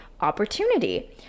opportunity